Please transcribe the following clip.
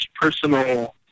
personal